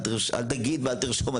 אל תגיד ואל תרשום,